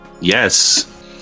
Yes